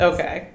Okay